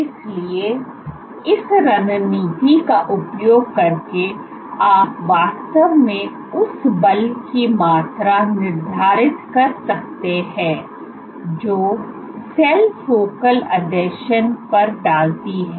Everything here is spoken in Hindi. इसलिए इस रणनीति का उपयोग करके आप वास्तव में उस बल की मात्रा निर्धारित कर सकते हैं जो सेल फोकल आसंजन पर डालती है